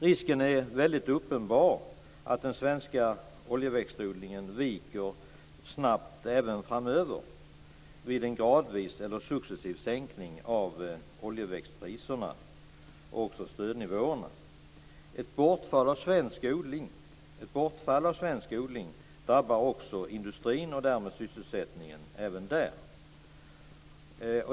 Risken är uppenbar att den svenska oljeväxtodlingen viker snabbt även framöver, vid en gradvis eller successiv sänkning av oljeväxtpriserna och även stödnivåerna. Ett bortfall av svensk odling drabbar också industrin och därmed sysselsättningen även där.